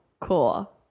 cool